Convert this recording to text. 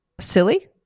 silly